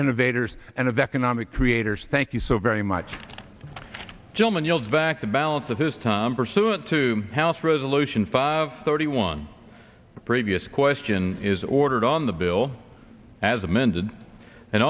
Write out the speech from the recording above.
innovators and of economic creators thank you so very much gentleman yield back the balance of his time pursuant to house resolution five thirty one previous question is ordered on the bill as amended and